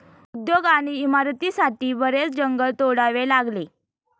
उद्योग आणि इमारतींसाठी बरेच जंगल तोडावे लागले